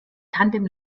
tandem